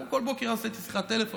כמו בכל בוקר שהיה עושה איתי שיחת טלפון,